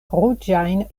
ruĝajn